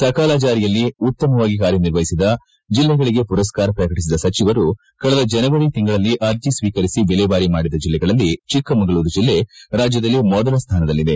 ಸಕಾಲ ಜಾರಿಯಲ್ಲಿ ಉತ್ತಮ ಕಾರ್ಯನಿರ್ವಹಿಸಿದ ಜಿಲ್ಲೆಗಳಿಗೆ ಮರಸ್ಕಾರ ಪ್ರಕಟಿಸಿದ ಸಚಿವರು ಕಳೆದ ಜನವರಿ ತಿಂಗಳಲ್ಲಿ ಅರ್ಜ ಸ್ವೀಕರಿಸಿ ವಿಲೇವಾರಿ ಮಾಡಿದ ಜಿಲ್ಲೆಗಳಲ್ಲಿ ಚಿಕ್ಕಮಗಳೂರು ಜಿಲ್ಲೆ ರಾಜ್ಯದಲ್ಲಿ ಮೊದಲ ಸ್ವಾನದಲ್ಲಿದೆ